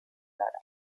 lara